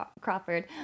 Crawford